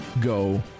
go